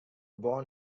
born